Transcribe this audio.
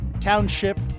township